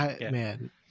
Man